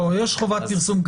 לא, יש חובת פרסום.